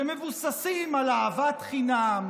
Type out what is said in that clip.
שמבוססים על אהבת חינם,